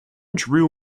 drew